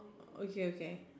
okay okay